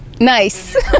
Nice